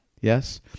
Yes